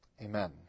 Amen